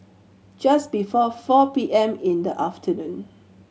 just before four P M in the afternoon